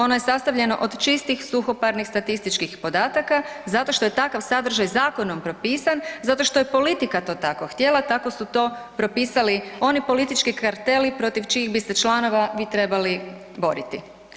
Ono je sastavljeno od čistih suhoparnih statističkih podataka zato što je takav sadržaj zakonom propisan zato što je politika to tako htjela, tako su to propisali oni političkih karteli protiv čijih bi se članova vi trebali boriti.